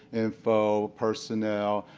info, personnel,